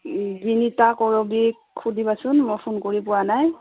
বিনীতা কৰৱীক সুধিবাচোন মই ফোন কৰি পোৱা নাই